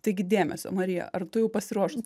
taigi dėmesio marija ar tu jau pasiruošus